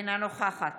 אינה נוכחת